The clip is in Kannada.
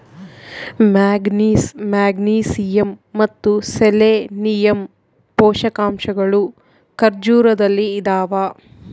ಮ್ಯಾಂಗನೀಸ್ ಮೆಗ್ನೀಸಿಯಮ್ ಮತ್ತು ಸೆಲೆನಿಯಮ್ ಪೋಷಕಾಂಶಗಳು ಖರ್ಜೂರದಲ್ಲಿ ಇದಾವ